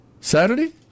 Saturday